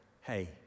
hey